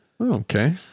okay